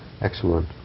excellent